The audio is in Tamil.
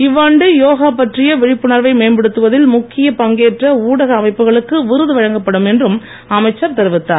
இவ்வாண்டு யோகா பற்றிய விழிப்புணர்வை மேம்படுத்துவதில் முக்கிய பங்கேற்ற ஊடக அமைப்புகளுக்கு விருது வழங்கப்படும் என்று அமைச்சர் தெரிவித்தார்